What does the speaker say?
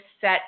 set